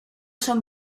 son